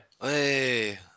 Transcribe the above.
Hey